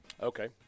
Okay